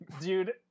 dude